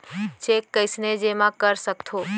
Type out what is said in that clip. Cheque कईसने जेमा कर सकथो?